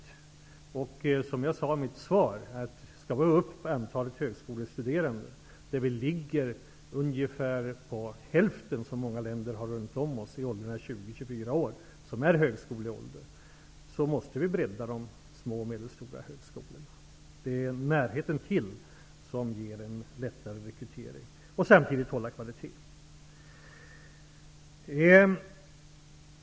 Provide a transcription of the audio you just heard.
Skall vi, som jag sade i mitt svar, ha upp antalet högskolestuderande, som ligger på ungefär hälften av vad man har i många länder runt om oss, i åldrarna 20--24 år som är högskoleåldern, måste vi bredda de små och medelstora högskolorna -- det är närheten till som ger en lättare rekrytering -- och samtidigt hålla kvaliteten.